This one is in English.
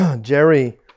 Jerry